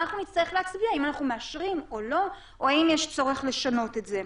ונצטרך להצביע אם אנחנו מאשרים או לא או האם יש צורך לשנות את זה.